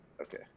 Okay